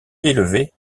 élevé